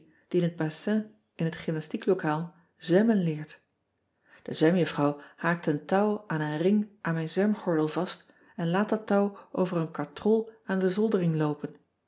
die in het bassin in het gymnastieklokaal zwemmen leert ean ebster adertje angbeen e zwemjuffrouw haakt een touw aan een ring aan mijn zwemgordel vast en laat dat touw over een katrol aan de zoldering loopen